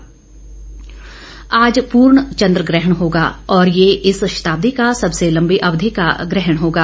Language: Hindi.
चंद्र ग्रहण आज पूर्ण चन्द्रग्रहण होगा और यह इस शताब्दी का सबसे लंबी अवधि का ग्रहण होगा